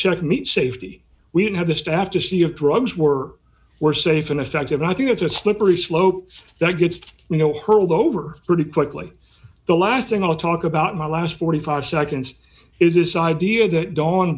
chicken meat safety we didn't have the staff to see if drugs were were safe and effective i think it's a slippery slope that gets you know hurled over pretty quickly the last thing i'll talk about my last forty five seconds is this idea that dawn